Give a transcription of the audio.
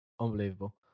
unbelievable